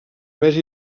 més